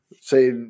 say